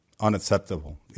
unacceptable